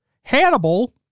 Hannibal